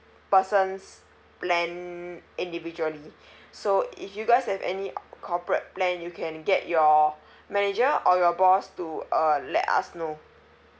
person's plan individually so if you guys have any corporate plan you can get your manager or your boss to uh let us know